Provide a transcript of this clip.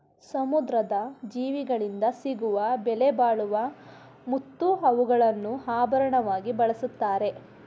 ಸಮುದ್ರದ ಜೀವಿಗಳಿಂದ ಸಿಗುವ ಬೆಲೆಬಾಳುವ ಮುತ್ತು, ಹವಳಗಳನ್ನು ಆಭರಣವಾಗಿ ಬಳ್ಸತ್ತರೆ